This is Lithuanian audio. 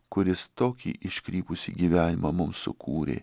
kuris tokį iškrypusį gyvenimą mums sukūrė